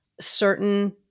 certain